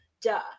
Duh